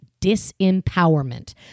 disempowerment